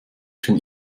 schon